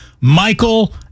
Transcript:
Michael